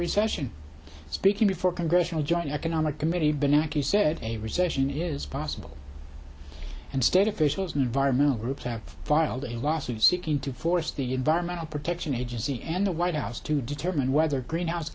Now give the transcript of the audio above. recession speaking before congressional joint economic committee banana q said a recession is possible and state officials and environmental groups have filed a lawsuit seeking to force the environmental protection agency and the white house to determine whether greenhouse